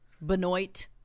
Benoit